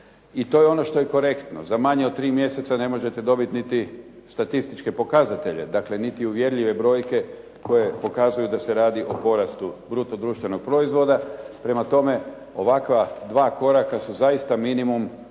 i to je ono što je korektno. Za manje od tri mjeseca ne možete dobiti niti statističke pokazatelje, dakle niti uvjerljive brojke koje pokazuju da se radi o porastu bruto društvenog proizvoda. Prema tome, ovakva dva koraka su zaista minimum koji